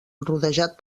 rodejat